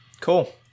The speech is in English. cool